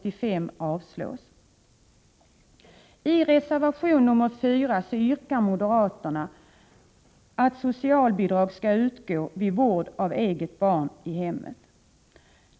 I reservation 4 yrkar moderaterna på att socialbidrag skall utgå vid vård av eget barn i hemmet.